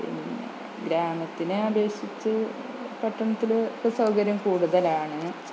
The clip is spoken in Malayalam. പിന്നെ ഗ്രാമത്തിനെ അപേക്ഷിച്ച് പട്ടണത്തില് സൗകര്യം കൂടുതലാണ്